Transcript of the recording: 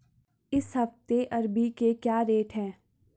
इस हफ्ते अरबी के क्या रेट हैं?